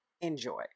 enjoy